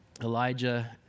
Elijah